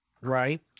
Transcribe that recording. right